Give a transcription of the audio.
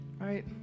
right